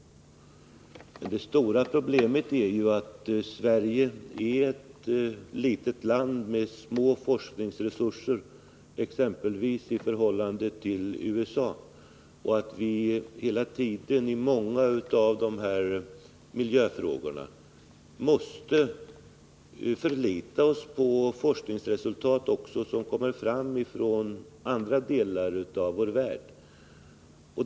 Det stora problemet är ju att Sverige är ett litet land med små 113 forskningsresurser i förhållande till exempelvis USA och att vi i många miljöfrågor måste förlita oss på forskningsresultat som kommer fram i andra delar av vår värld.